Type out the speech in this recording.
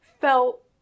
felt